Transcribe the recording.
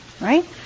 Right